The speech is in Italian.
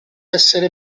essere